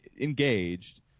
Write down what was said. engaged